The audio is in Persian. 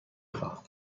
خواهم